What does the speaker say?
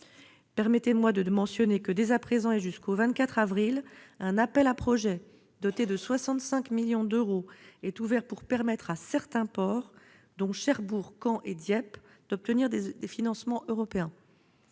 Permettez-moi de mentionner que, dès à présent et jusqu'au 24 avril prochain, un appel à projets doté de 65 millions d'euros est ouvert pour permettre à certains ports, dont Cherbourg, Caen et Dieppe, d'obtenir des financements européens.